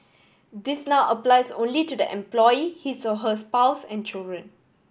this now applies only to the employee his or her spouse and children